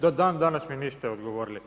Do dan danas mi niste odgovorili.